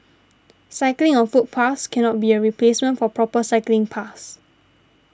cycling on footpaths cannot be a replacement for proper cycling paths